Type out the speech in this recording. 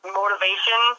motivation